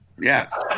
Yes